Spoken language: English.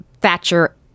Thatcher